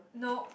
nope